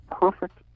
perfect